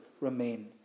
remain